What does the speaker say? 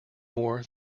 more